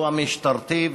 שהוא המשטרתי,